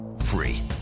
Free